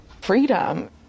freedom